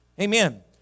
Amen